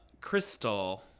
Crystal